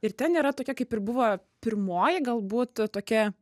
ir ten yra tokia kaip ir buvo pirmoji galbūt tokia